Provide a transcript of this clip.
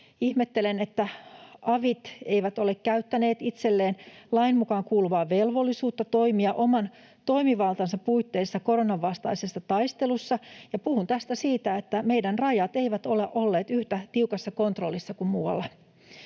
Ihmettelen, että avit eivät ole käyttäneet itselleen lain mukaan kuuluvaa velvollisuutta toimia oman toimivaltansa puitteissa koronan vastaisessa taistelussa, ja puhun tässä siitä, että meidän rajamme eivät ole olleet yhtä tiukassa kontrollissa kuin muualla.